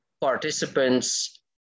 participants